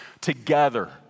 together